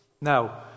now